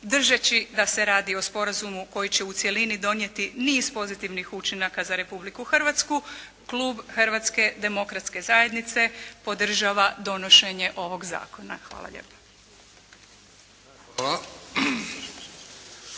Držeći da se radi o sporazumu koji će u cjelini donijeti niz pozitivnih učinaka za Republiku Hrvatsku klub Hrvatske demokratske zajednice podržava donošenje ovog zakona. Hvala lijepo.